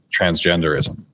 transgenderism